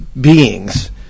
beings